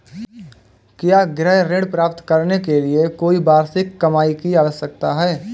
क्या गृह ऋण प्राप्त करने के लिए कोई वार्षिक कमाई की आवश्यकता है?